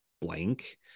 blank